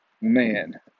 Man